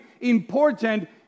important